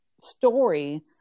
story